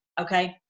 okay